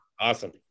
awesome